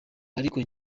ariko